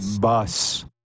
bus